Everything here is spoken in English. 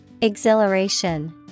Exhilaration